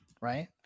Right